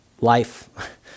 life